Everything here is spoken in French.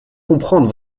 comprendre